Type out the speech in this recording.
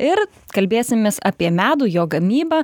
ir kalbėsimės apie medų jo gamybą